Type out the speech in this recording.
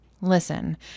listen